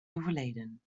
overleden